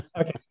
Okay